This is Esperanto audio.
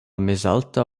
mezalta